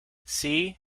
see